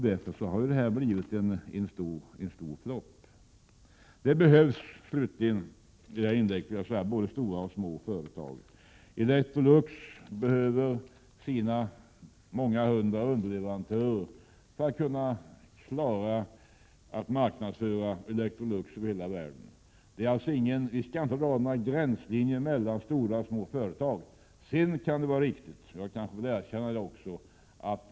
Därför har detta blivit en stor flop. Det behövs både stora och små företag för utvecklingen. Electrolux t.ex. behöver sina många hundra underleverantörer för att klara att marknadsföra 120 företaget över hela världen.